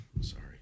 sorry